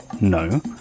No